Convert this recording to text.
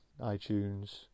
iTunes